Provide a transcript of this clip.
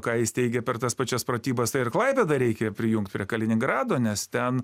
ką jis teigė per tas pačias pratybas tai ir klaipėdą reikia prijungt prie kaliningrado nes ten